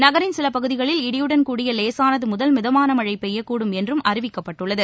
நகரின் சில பகுதிகளில் இடியுடன் கூடிய லேசானது முதல் மிதமான மழை பெய்யக்கூடும் என்றும் அறிவிக்கப்பட்டுள்ளது